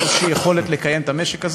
יש יכולת לקיים את המשק הזה,